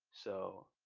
so